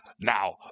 now